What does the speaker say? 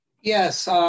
Yes